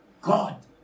God